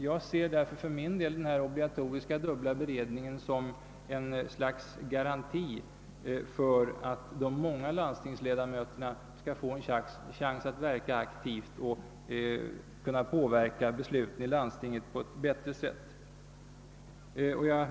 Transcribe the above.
Jag ser därför den obligatoriska dubbla beredningen som ett slags garanti för att de många landstingsledamöterna får en chans att verka aktivt och kunna påverka besluten i landstinget på ett bättre sätt.